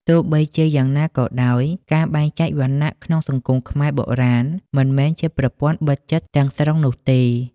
ទោះបីជាយ៉ាងណាក៏ដោយ ការបែងចែកវណ្ណៈក្នុងសង្គមខ្មែរបុរាណមិនមែនជាប្រព័ន្ធបិទជិតទាំងស្រុងនោះទេ។